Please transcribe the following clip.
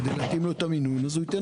כדי להתאים לו את המינון הוא ייתן